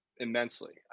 immensely